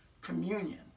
communion